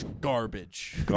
Garbage